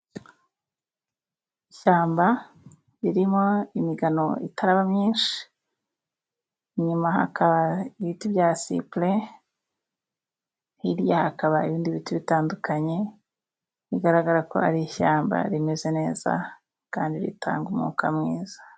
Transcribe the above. Ishyamba ririmo imigano itaraba myinshi, inyuma hakaba ibiti bya cipure, hirya hakaba ibindi biti bitandukanye, bigaragara ko ari ishyamba rimeze neza, kandi ritanga umwuka mwiza.